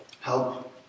Help